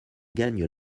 gagnent